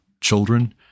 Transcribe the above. children